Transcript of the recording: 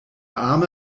arme